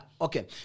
Okay